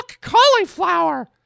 cauliflower